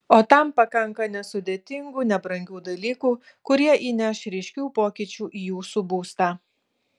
o tam pakanka nesudėtingų nebrangių dalykų kurie įneš ryškių pokyčių į jūsų būstą